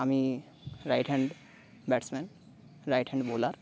আমি right hand batsman right hand bowler